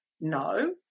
No